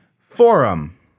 Forum